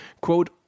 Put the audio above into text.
quote